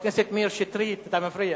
חבר הכנסת מאיר שטרית, אתה מפריע.